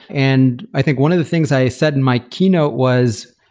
and i think one of the things i said and my keynote was,